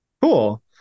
Cool